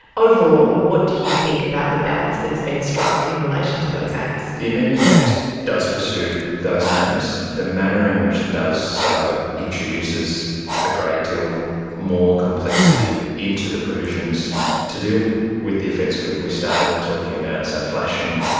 overall, what do you think about the balance that has been struck in relation to those aims? the amending act does pursue those aims. the manner in which it does so introduces a great deal more complexity into the provisions to deal with the offence we we started talking about, so flashing,